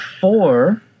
four